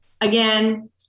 Again